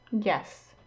Yes